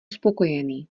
spokojený